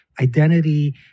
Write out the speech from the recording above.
identity